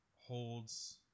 holds